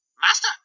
Master